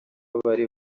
abari